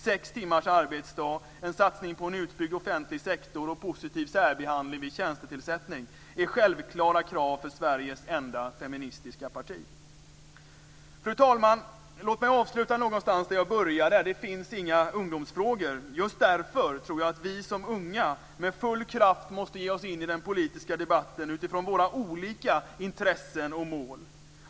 Sex timmars arbetsdag, en satsning på en utbyggd offentlig sektor och positiv särbehandling vid tjänstetillsättning är självklara krav för Sveriges enda feministiska parti. Fru talman! Låt mig avsluta någonstans där jag började. Det finns inga ungdomsfrågor. Just därför tror jag att vi som är unga med full kraft måste ge oss in i den politiska debatten utifrån våra olika intressen och mål.